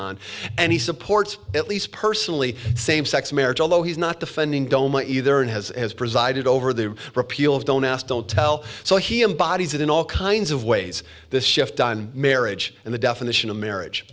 on and he supports at least personally same sex marriage although he's not defending doma either and has presided over the repeal of don't ask don't tell so he embodies it in all kinds of ways this shift on marriage and the definition of marriage